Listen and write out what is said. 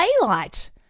daylight